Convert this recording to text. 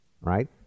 Right